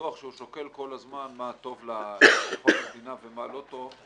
הזמן מה טוב לביטחון המדינה, ומה לא טוב.